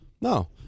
No